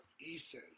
Ethan